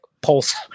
pulse